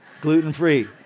gluten-free